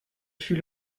fut